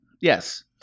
Yes